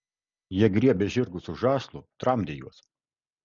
jie griebė žirgus už žąslų tramdė juos